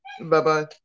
Bye-bye